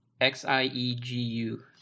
X-I-E-G-U